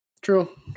True